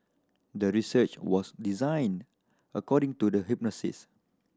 the research was designed according to the hypothesis